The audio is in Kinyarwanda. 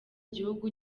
gihugu